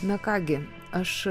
na ką gi aš